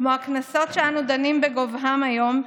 כמו הקנסות שאנו דנים בגובהם היום,